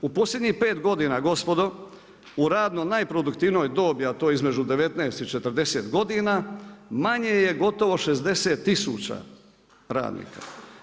U posljednjih 5 godina gospodo u radno najproduktivnijoj dobi a to je između 19 i 40 godina manje je gotovo 60 tisuća radnika.